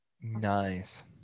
Nice